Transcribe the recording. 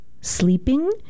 Sleeping